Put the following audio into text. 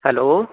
hello